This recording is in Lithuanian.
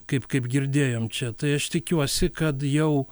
kaip kaip girdėjom čia tai aš tikiuosi kad jau